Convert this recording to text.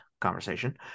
conversation